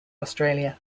australia